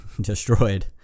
destroyed